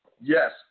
Yes